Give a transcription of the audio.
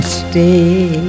stay